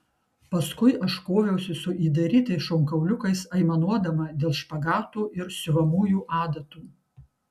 paskui aš koviausi su įdarytais šonkauliukais aimanuodama dėl špagato ir siuvamųjų adatų